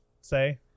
say